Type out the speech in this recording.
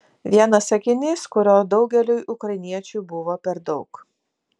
vienas sakinys kurio daugeliui ukrainiečių buvo per daug